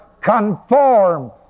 conform